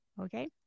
Okay